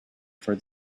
for